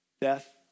Death